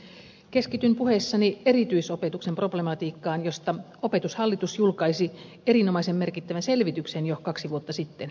keskityn puheessani erityisopetuksen problematiikkaan josta opetushallitus julkaisi erinomaisen merkittävän selvityksen jo kaksi vuotta sitten